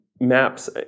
maps